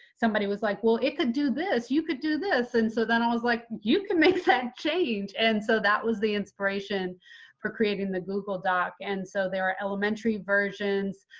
somebody was like, well, it could do this, you could do this. and so then i was like, you can make that change. and so that was the inspiration for creating the google doc. and so there are elementary versions.